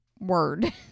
word